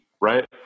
right